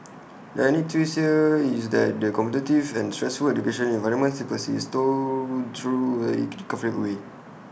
the ironic twist here is that the competitive and stressful education environment still persists though through A in A reconfigured way